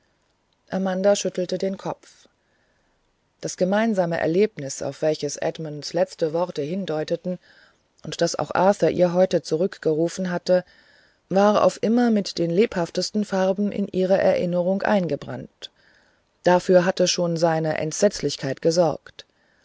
amanda schüttelte den kopf das gemeinsame erlebnis auf welches edmunds letzte worte hindeuteten und das auch arthur ihr heute zurückgerufen hatte war auf immer mit den lebhaftesten farben in ihre erinnerung eingebrannt dafür hatte schon seine entsetzlichkeit gesorgt